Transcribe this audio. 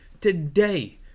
Today